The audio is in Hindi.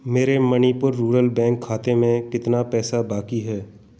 मेरे मणिपुर रूरल बैंक खाते में कितना पैसा बाकी है